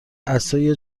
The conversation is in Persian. عصای